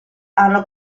hanno